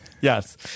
Yes